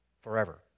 forever